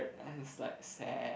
that is like sad